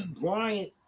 Bryant